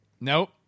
Nope